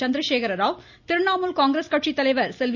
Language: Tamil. சந்திரசேகரராவ் திரிணமுல் காங்கிரஸ் கட்சி தலைவர் செல்வி